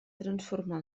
transformar